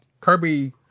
Kirby